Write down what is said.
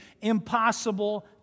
impossible